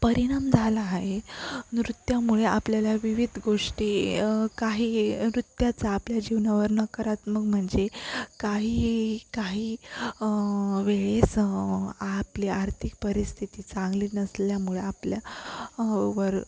परिणाम झाला आहे नृत्यामुळे आपल्याला विविध गोष्टी काही नृत्याचा आपल्या जीवनावर नकारात्मक म्हणजे काही काही वेळेस आपली आर्थिक परिस्थिती चांगली नसल्यामुळे आपल्या वर